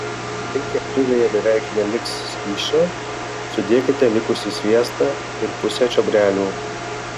kai keptuvėje beveik neliks skysčio sudėkite likusį sviestą ir pusę čiobrelių